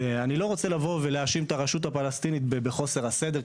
אני לא רוצה לבוא ולהאשים את הרשות הפלסטינית בחוסר הסדר,